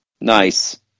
Nice